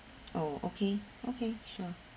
oh okay okay sure